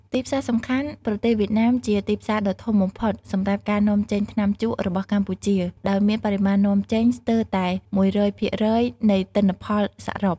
ទីផ្សារសំខាន់ ប្រទេសវៀតណាមជាទីផ្សារដ៏ធំបំផុតសម្រាប់ការនាំចេញថ្នាំជក់របស់កម្ពុជា ដោយមានបរិមាណនាំចេញស្ទើរតែ ១០០ភាំគរយនៃទិន្នផលសរុប។